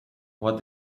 what